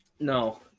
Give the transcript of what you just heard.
No